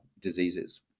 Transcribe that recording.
diseases